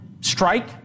strike